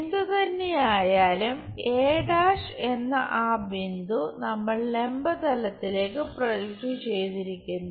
എന്തുതന്നെയായാലും a' എന്ന ആ ബിന്ദു നമ്മൾ ലംബ തലത്തിലേക്ക് പ്രൊജക്റ്റ് ചെയ്തിരിക്കുന്നു